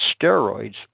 steroids